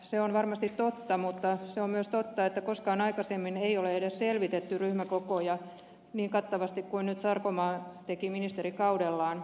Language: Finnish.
se on varmasti totta mutta se on myös totta että koskaan aikaisemmin ei ole edes selvitetty ryhmäkokoja niin kattavasti kuin nyt sarkomaa teki ministerikaudellaan